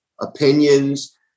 opinions